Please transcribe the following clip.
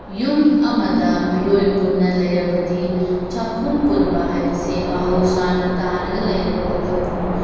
ꯌꯨꯝ ꯑꯃꯗ ꯃꯤꯑꯣꯏ ꯄꯨꯟꯅ ꯂꯩꯔꯕꯗꯤ ꯆꯥꯛꯈꯨꯝ ꯄꯨꯟꯕ ꯍꯥꯏꯕꯁꯦ ꯃꯍꯧꯁꯥꯅ ꯇꯥꯔꯒ ꯂꯩꯔꯕ ꯋꯥꯐꯝꯅꯤ